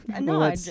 No